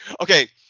okay